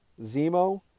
Zemo